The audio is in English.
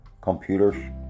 computers